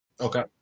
Okay